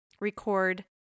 record